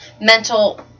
mental